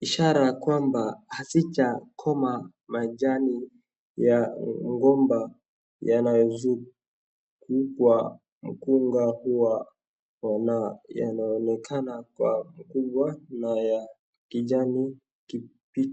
ishara kwamba haizijakoma majani ya mgomba yanayozungukwa mkunga huwa yanaoenekana kwa ukubwa na ya kijani kibichi.